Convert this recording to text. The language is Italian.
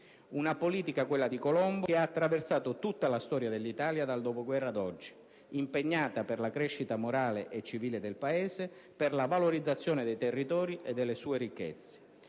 Una politica, quella di Colombo, che ha attraversato tutta la storia dell'Italia dal dopoguerra ad oggi, impegnata per la crescita morale e civile del Paese, per la valorizzazione dei suoi territori e delle sue ricchezze.